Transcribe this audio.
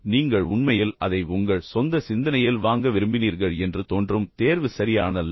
எனவே நீங்கள் உண்மையில் அதை உங்கள் சொந்த சிந்தனையில் வாங்க விரும்பினீர்கள் என்று தோன்றும் தேர்வு சரியானதல்ல